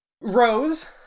Rose